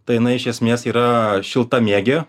tai jinai iš esmės yra šiltamėgė